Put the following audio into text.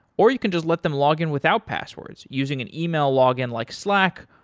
or you can just let them login without passwords using an ah e-mail login like slack,